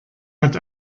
hat